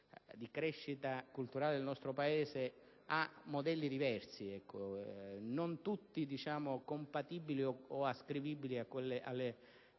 di crescita culturale del nostro Paese ha modelli diversi, non tutti compatibili o ascrivibili alle logiche